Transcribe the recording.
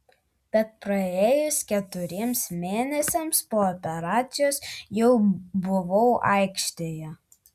bet praėjus keturiems mėnesiams po operacijos jau buvau aikštėje